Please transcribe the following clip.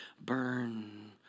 burn